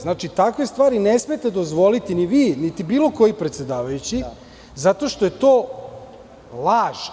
Znači, takve stvari ne smete dozvoliti n ivi, niti bilo koji predsedavajući, zato što je to laž.